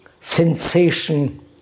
sensation